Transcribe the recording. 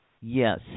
Yes